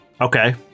Okay